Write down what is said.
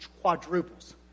quadruples